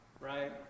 right